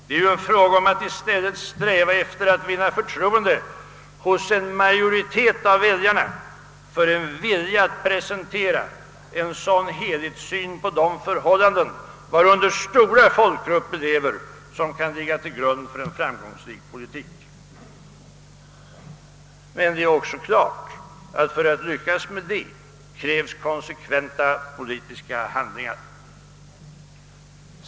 Det är en fråga om att sträva efter att i stället vinna förtroende hos en majoritet av väljarna för en vilja att presentera en sådan helhetssyn på de förhållanden, varunder stora folkgrupper lever, som kan ligga till grund för en framgångsrik politik. För att man skall lyckas där krävs det konsekventa politiska handlingar.